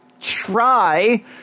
try